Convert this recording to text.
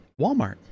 Walmart